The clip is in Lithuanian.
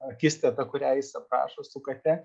akistatą kurią jis aprašo su kate